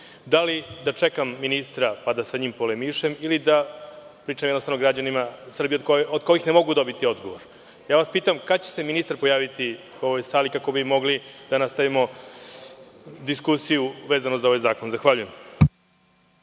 Da li da čekam ministra pa da s njim polemišem ili da jednostavno pričam građanima Srbije od kojih ne mogu dobiti odgovor? Pitam vas, kada će se ministar pojaviti u ovoj sali kako bi mogli da nastavimo diskusiju vezanu za ovaj zakon? Zahvaljujem.